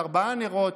ארבעה נרות,